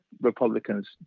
Republicans